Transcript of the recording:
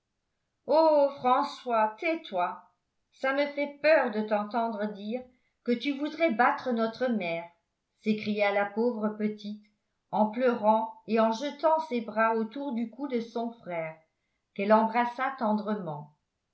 françois tais-toi ça me fait peur de t'entendre dire que tu voudrais battre notre mère s'écria la pauvre petite en pleurant et en jetant ses bras autour du cou de son frère qu'elle embrassa tendrement